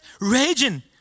raging